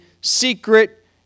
secret